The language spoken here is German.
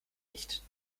nicht